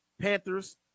Panthers